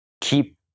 keep